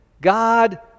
god